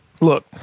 Look